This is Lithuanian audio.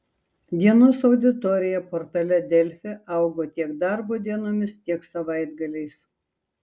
dienos auditorija portale delfi augo tiek darbo dienomis tiek savaitgaliais